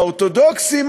האורתודוקסים?